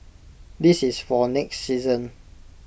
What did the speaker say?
this is for next season